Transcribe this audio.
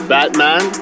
Batman